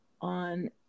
on